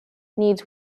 needs